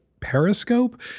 periscope